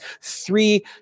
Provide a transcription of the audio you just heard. three